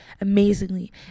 amazingly